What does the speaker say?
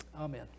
amen